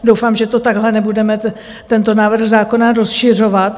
Doufám, že takhle nebudeme tento návrh zákona rozšiřovat.